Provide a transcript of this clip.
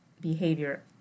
behavior